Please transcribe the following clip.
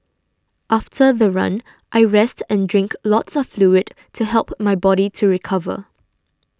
after the run I rest and drink lots of fluid to help my body to recover